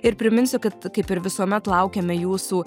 ir priminsiu kad kaip ir visuomet laukiame jūsų